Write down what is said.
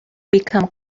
become